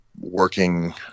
Working